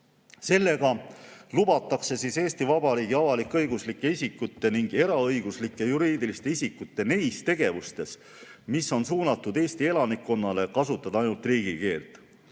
Sellega lubatakse Eesti Vabariigi avalik-õiguslike isikute ning eraõiguslike juriidiliste isikute nendes tegevustes, mis on suunatud Eesti elanikkonnale, kasutada ainult riigikeelt.